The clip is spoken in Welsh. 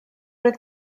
roedd